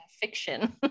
fiction